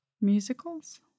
Musicals